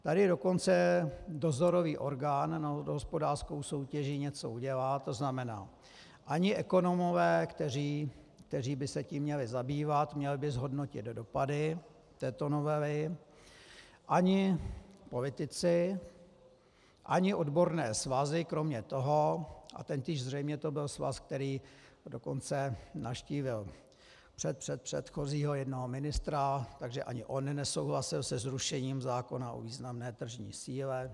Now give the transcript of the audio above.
Tady dokonce dozorový orgán nad národohospodářskou soutěží něco udělá, to znamená ani ekonomové, kteří by se tím měli zabývat, měli by zhodnotit dopady této novely, ani politici, ani odborné svazy kromě toho a zřejmě to byl svaz, který dokonce navštívil před před předchozího jednoho ministra takže ani on nesouhlasil se zrušením zákona o významné tržní síle.